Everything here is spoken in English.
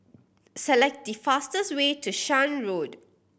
select the fastest way to Shan Road